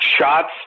shots